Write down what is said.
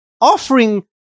offering